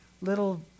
little